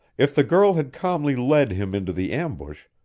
if the girl had calmly led him into the ambush,